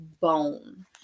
bone